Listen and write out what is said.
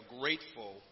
grateful